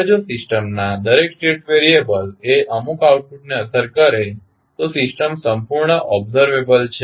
હવે જો સિસ્ટમના દરેક સ્ટેટ વેરિએબલ એ અમુક આઉટપુટને અસર કરે તો સિસ્ટમ સંપૂર્ણ ઓબ્ઝર્વેબલ છે